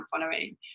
following